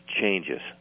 changes